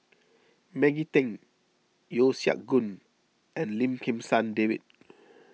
Maggie Teng Yeo Siak Goon and Lim Kim San David